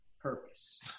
purpose